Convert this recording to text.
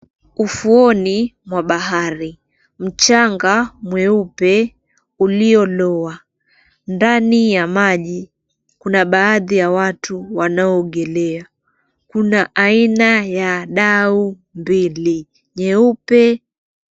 Ufuoni mwa bahari. Mchanga mweupe uliolowa. Ndani ya maji kuna baadhi ya watu wanaoogelea. Kuna aina ya dau mbili, nyeupe.